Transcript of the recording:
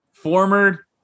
Former